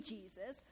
Jesus